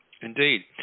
Indeed